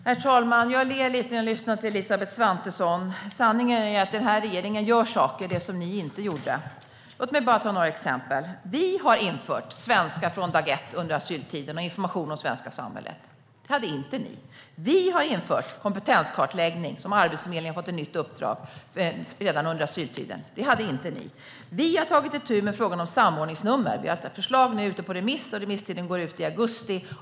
Herr talman! Jag ler lite när jag lyssnar till Elisabeth Svantesson. Sanningen är att den här regeringen gör saker som den förra inte gjorde. Låt mig ta några exempel! Vi har infört undervisning i svenska språket och information om det svenska samhället från dag ett under asyltiden. Det gjorde inte ni. Vi har gett Arbetsförmedlingen ett nytt uppdrag om kompetenskartläggning redan under asyltiden. Det gjorde inte ni. Vi har nu ett förslag ute på remiss om att alla ska få ett samordningsnummer. Remisstiden går ut i augusti.